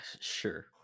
Sure